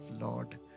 Lord